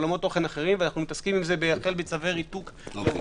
בעולמות תוכן אחרים ואנחנו עוסקים בזה החל מצווי ריתוק --- ברור.